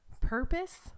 purpose